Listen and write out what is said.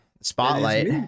Spotlight